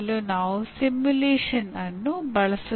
ನಾವು ಮೂರು ಪರಿಚಿತ ಪದಗಳನ್ನು ನೋಡಿದ್ದೇವೆ